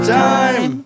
time